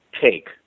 take